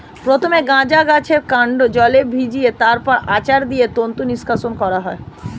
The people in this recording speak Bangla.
প্রথমে গাঁজা গাছের কান্ড জলে ভিজিয়ে তারপর আছাড় দিয়ে তন্তু নিষ্কাশণ করা হয়